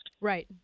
Right